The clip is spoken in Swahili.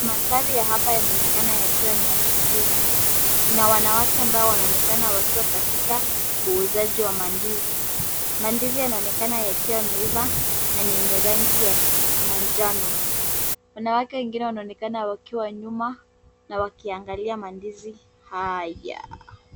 Mandhari ya hapa yanaonekana yakiwa ni ya sokoni. Kuna wanawake ambao wanaonekana wakiwa katika uuzaji wa mandizi. Mandizi yanaonekana yakiwa yameiva na ni yenye rangi ya manjano. Wanawake wengine wanaonekana wakiwa nyuma na wakiangalia mandizi haya.